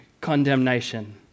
condemnation